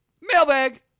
Mailbag